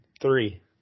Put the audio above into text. three